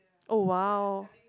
oh !wow!